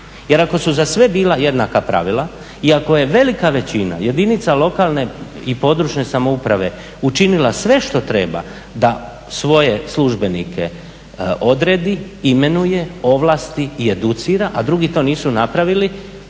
Jer ako su za sve bila jednaka pravila i ako je velika većina jedinica lokalne i područne samouprave učinila sve što treba da svoje službenike odredi, imenuje, ovlasti i educira, a drugi to nisu napravili,